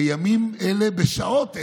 בימים אלה, בשעות אלה.